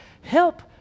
Help